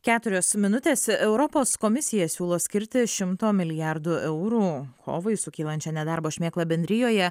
keturios minutės europos komisija siūlo skirti šimto milijardų eurų kovai su kylančia nedarbo šmėkla bendrijoje